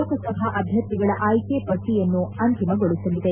ಲೋಕಸಭಾ ಅಭ್ವರ್ಥಿಗಳ ಆಯ್ಲಿ ಪಟ್ಟಯನ್ನು ಅಂತಿಮಗೊಳಸಲಿದೆ